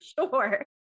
Sure